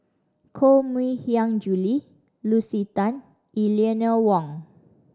Koh Mui Hiang Julie Lucy Tan Eleanor Wong